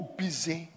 busy